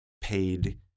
paid